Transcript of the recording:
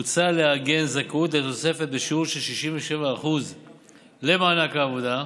מוצע לעגן זכאות לתוספת בשיעור של 67% למענק העבודה.